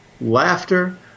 laughter